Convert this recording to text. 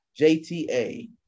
JTA